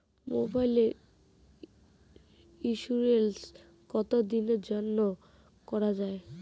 মোবাইলের ইন্সুরেন্স কতো দিনের জন্যে করা য়ায়?